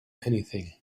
anything